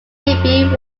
debut